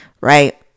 right